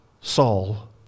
Saul